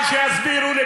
לא.